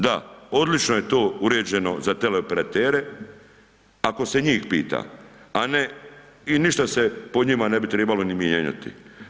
Da, odlično je to uređeno za teleoperatere, ako se njih pita, a ne, i ništa se po njima ne bi trebalo ni mijenjati.